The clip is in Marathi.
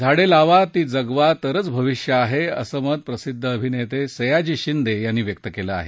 झाडे लावा ती जगवा तरच भविष्य आहे असं मत प्रसिद्ध अभिनेते सयाजी शिंदे यांनी व्यक्त केलं आहे